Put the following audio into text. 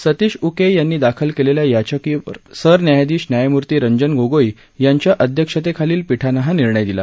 सतीश उके यांनी दाखल केलेल्या याचिकेवर सरन्यायाधीश न्यायमूर्ती रंजन गोगोई यांच्या अध्यक्षतेखालील पीठानं हा निर्णय दिला